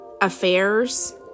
affairs